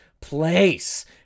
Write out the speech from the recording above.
place